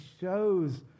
shows